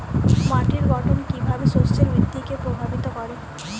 মাটির গঠন কীভাবে শস্যের বৃদ্ধিকে প্রভাবিত করে?